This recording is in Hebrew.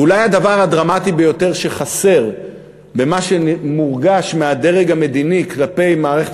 ואולי הדבר הדרמטי ביותר שחסר במה שמורגש מהדרג המדיני כלפי מערכת